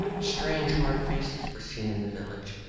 strange hard faces were seen in the village